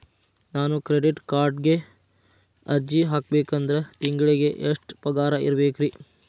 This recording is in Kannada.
ನಾನು ಕ್ರೆಡಿಟ್ ಕಾರ್ಡ್ಗೆ ಅರ್ಜಿ ಹಾಕ್ಬೇಕಂದ್ರ ತಿಂಗಳಿಗೆ ಎಷ್ಟ ಪಗಾರ್ ಇರ್ಬೆಕ್ರಿ?